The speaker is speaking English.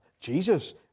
Jesus